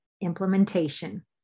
implementation